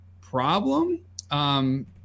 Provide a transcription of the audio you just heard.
problem